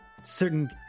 certain